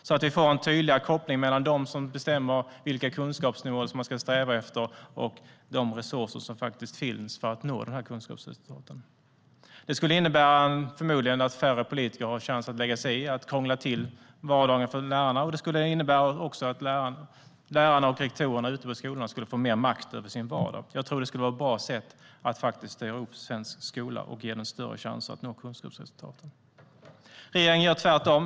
Vi får då en tydligare koppling mellan de som bestämmer vilka kunskapsnivåer som man ska sträva efter och de resurser som finns för att nå de kunskapsnivåerna. Det skulle förmodligen innebära att färre politiker har chans att lägga sig i och krångla till vardagen för lärarna. Det skulle också innebära att lärarna och rektorerna ute på skolorna skulle få mer makt över sin vardag. Det skulle vara ett bra sätt att styra upp svensk skola och ge den större chanser att nå kunskapsresultaten. Regeringen gör tvärtom.